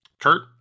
Kurt